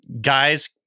Guys